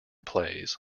plays